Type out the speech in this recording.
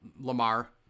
Lamar